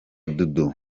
dudu